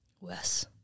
Wes